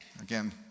Again